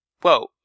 Whoa